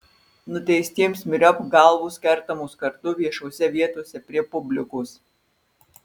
nuteistiems myriop galvos kertamos kardu viešose vietose prie publikos